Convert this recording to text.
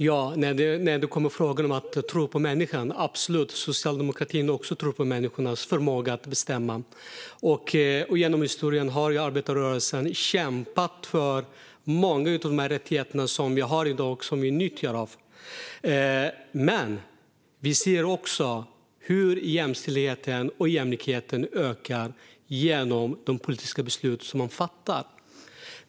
Fru talman! När det handlar om att tro på människan tror Socialdemokraterna absolut också på människors förmåga att bestämma. Genom historien har arbetarrörelsen kämpat för många av de rättigheter som vi i dag har och som vi nyttjar. Men vi ser också hur jämställdhet och jämlikhet ökar genom de politiska beslut som fattas.